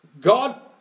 God